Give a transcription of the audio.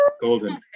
Golden